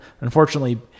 unfortunately